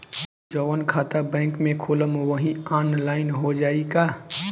जवन खाता बैंक में खोलम वही आनलाइन हो जाई का?